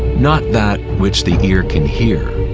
not that which the ear can hear,